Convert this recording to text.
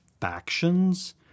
factions